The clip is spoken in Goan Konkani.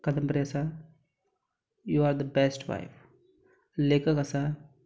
कादंबरी आसा you are the best wife लेखक आसा